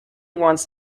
wants